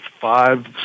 five